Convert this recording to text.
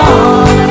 on